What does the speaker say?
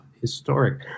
historic